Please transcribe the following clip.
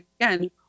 again